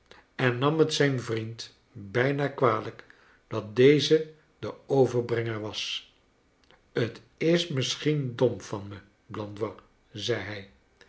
en nam het zijn vriend bijna kwalijk dat deze de overbrenger was t is misschien dom van me blandois zei